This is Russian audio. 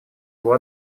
его